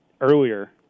earlier